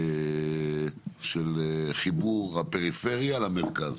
של חיבור הפריפריה למרכז.